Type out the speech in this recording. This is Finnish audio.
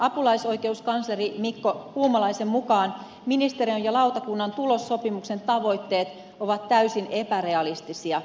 apulaisoikeuskansleri mikko puumalaisen mukaan ministeriön ja lautakunnan tulossopimuksen tavoitteet ovat täysin epärealistisia